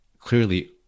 clearly